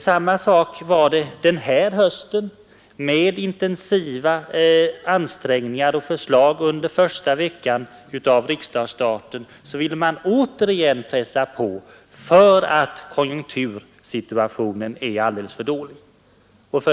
Samma sak gäller den här hösten. Med intensiva ansträngningar och förslag under första veckan av riksdagsstarten ville vi återigen pressa på därför att konjunktursituationen var alldeles för dålig.